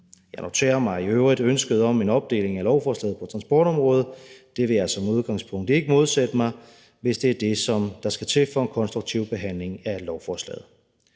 Jeg noterer mig i øvrigt ønsket om en opdeling af lovforslaget på transportområdet. Det vil jeg som udgangspunkt ikke modsætte mig, hvis det er det, der skal til for en konstruktiv behandling af lovforslaget.